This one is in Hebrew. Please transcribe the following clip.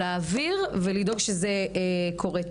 להעביר ולדאוג שזה קורה.